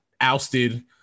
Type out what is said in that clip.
ousted